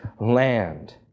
land